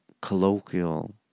colloquial